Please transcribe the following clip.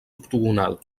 octogonal